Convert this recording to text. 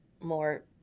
more